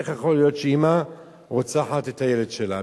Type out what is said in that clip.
איך יכול להיות שאמא רוצחת את הילד שלה?